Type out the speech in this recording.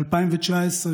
ב-2019,